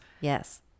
Yes